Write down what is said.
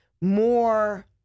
more